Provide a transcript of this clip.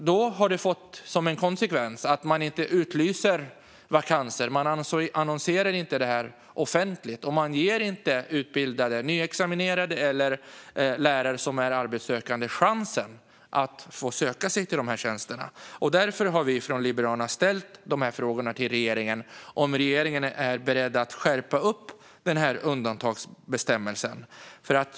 Det har fått konsekvensen att man inte utlyser vakanser. Man annonserar dem inte offentligt. Man ger inte utbildade nyutexaminerade eller arbetssökande lärare någon chans att söka sig till dessa tjänster. Vi i Liberalerna har därför ställt frågor till regeringen om den är beredd att skärpa undantagsbestämmelsen.